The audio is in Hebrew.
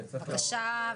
בבקשה,